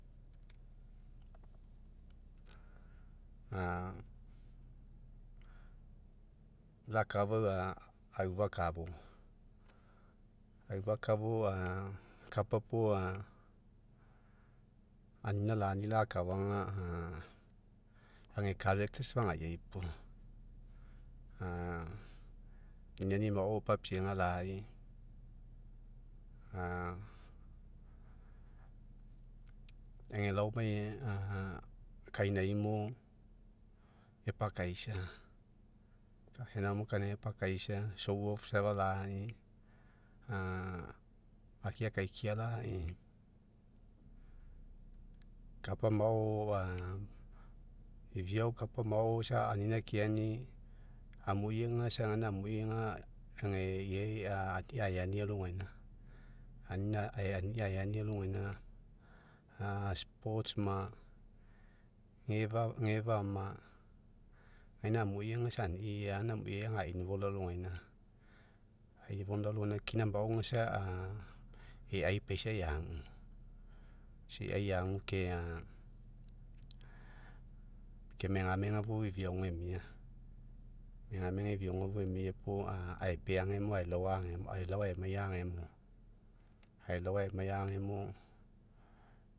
lau akafau a, aufa kavo. Aufa kavo kapa puo, anina lani lakafa ga. age fagaiai puo, niniani mao papiega lai, a age laomai, kainaimo epakaisa, age laomai kainaimo epakaisa. safa lai, a ake akaikia lai, kapa mao a, iviao kapa mao, isa anina keani amui ga, isa ga amui ei anina ae ani alogaina, anina ae ani alogaina. mo, gefa ma, gaina amui ga ai alogaina ai alogaina. Kina mao isa'a eai paisa eagu, isa eai eagu ke, ke megamega fou iviaoga emia. Megamega iviaoga fou emia puo, aipea agemo ailao aemai agemo. Ae lao aemai agemo.